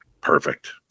Perfect